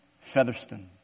Featherston